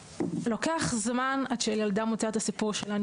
לוקח זמן עד שילדה מוציאה את הסיפור שלה.